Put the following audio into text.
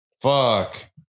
Fuck